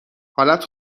حالت